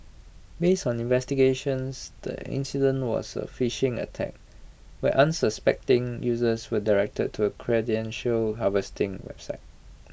based on investigations the incident was A phishing attack where unsuspecting users were directed to A credential harvesting website